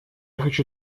хочу